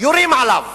יורים עליו.